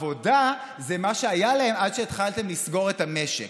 עבודה זה מה שהיה להם עד שהתחלתם לסגור את המשק.